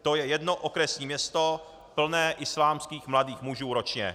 To je jedno okresní město plné islámských mladých mužů ročně.